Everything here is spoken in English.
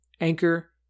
Anchor